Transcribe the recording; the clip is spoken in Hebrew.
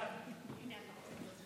לא ידעתי.